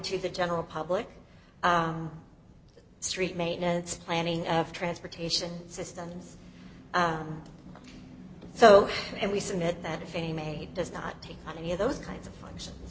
to the general public street maintenance planning of transportation systems so and we submit that if a maid does not take on any of those kinds of functions